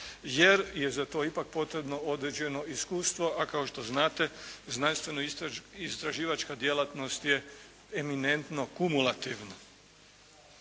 jer je za to ipak potrebno određeno iskustvo, a kao što znate znanstveno-istraživačka djelatnost je eminentno-kumulativna.